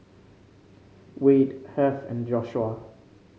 Wayde Heath and Joshua